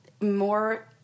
more